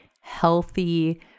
healthy